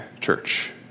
church